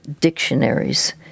dictionaries